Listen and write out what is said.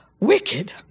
Wicked